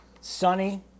Sunny